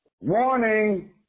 Warning